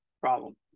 problem